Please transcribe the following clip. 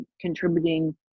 contributing